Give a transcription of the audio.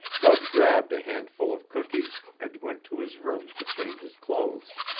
bud grabbed a handful of cookies and went to his room to change his clothes.